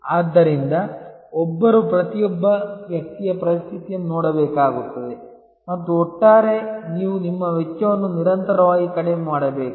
ಆದ್ದರಿಂದ ಒಬ್ಬರು ಪ್ರತಿಯೊಬ್ಬ ವ್ಯಕ್ತಿಯ ಪರಿಸ್ಥಿತಿಯನ್ನು ನೋಡಬೇಕಾಗುತ್ತದೆ ಮತ್ತು ಒಟ್ಟಾರೆ ನೀವು ನಿಮ್ಮ ವೆಚ್ಚವನ್ನು ನಿರಂತರವಾಗಿ ಕಡಿಮೆ ಮಾಡಬೇಕು